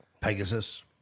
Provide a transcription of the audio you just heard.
Pegasus